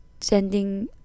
sending